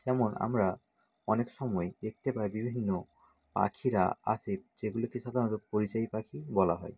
যেমন আমরা অনেক সময় দেখতে পাই বিভিন্ন পাখিরা আসে যেগুলিকে সাধারণত পরিযায়ী পাখি বলা হয়